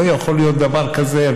לא יכול להיות דבר כזה,